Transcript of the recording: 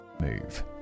move